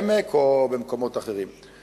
בעמק או במקומות אחרים,